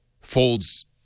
folds